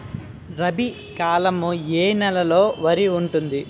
రబీ కాలం ఏ ఏ నెల వరికి ఉంటుంది?